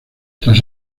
tras